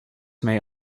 may